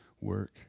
work